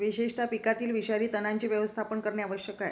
विशेषतः पिकातील विषारी तणांचे व्यवस्थापन करणे आवश्यक आहे